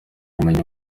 bumenyi